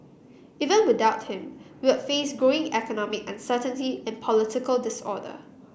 even without him we would face growing economic uncertainty and political disorder